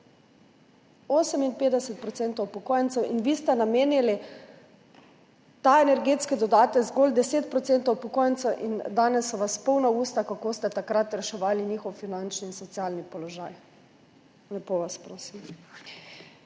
58 % upokojencev! Vi ste namenili ta energetski dodatek zgolj 10 % upokojencev in danes so vas polna usta, kako ste takrat reševali njihov finančni in socialni položaj. Lepo vas prosim!